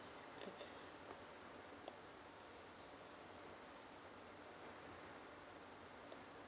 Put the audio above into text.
mm